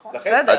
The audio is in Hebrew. בסדר.